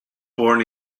born